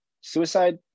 suicide